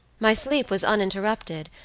my sleep was uninterrupted,